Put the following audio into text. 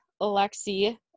Alexi